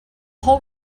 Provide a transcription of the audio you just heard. whole